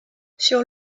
sur